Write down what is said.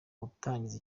gutangiza